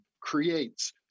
creates